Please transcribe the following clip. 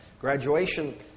graduation